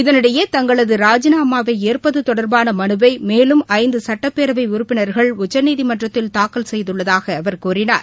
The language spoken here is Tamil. இதனிடையே தங்களதராஜினாமாவைஏற்பதுதொடர்பானமனுவைமேலும் ஐந்துசட்டப்பேரவைஉறுப்பினர்கள் உச்சநீதிமன்றத்தில் தாக்கல் செய்துள்ளதாகஅவர் கூறினார்